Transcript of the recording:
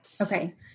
Okay